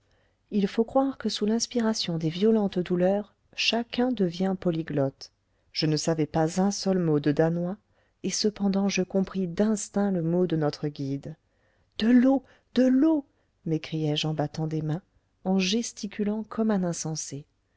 il faut croire que sous l'inspiration des violentes douleurs chacun devient polyglotte je ne savais pas un seul mot de danois et cependant je compris d'instinct le mot de notre guide de l'eau de l'eau m'écriai-je on battant des mains en gesticulant comme un insensé